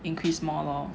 increase more lor